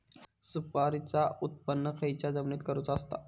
सुपारीचा उत्त्पन खयच्या जमिनीत करूचा असता?